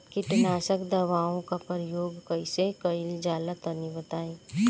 कीटनाशक दवाओं का प्रयोग कईसे कइल जा ला तनि बताई?